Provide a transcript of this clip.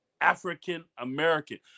African-American